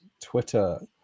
Twitter